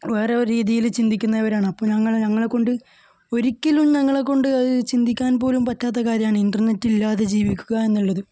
വേറൊരു രീതിയിൽ ചിന്തിക്കുന്നവരാണ് അപ്പോൾ ഞങ്ങൾ ഞങ്ങളെ കൊണ്ട് ഒരിക്കലും ഞങ്ങളെ കൊണ്ട് അത് ചിന്തിക്കാൻ പോലും പറ്റാത്ത കാര്യമാണ് ഇൻറ്റർനെറ്റ് ഇല്ലാതെ ജീവിക്കുക എന്നുള്ളത്